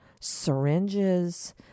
syringes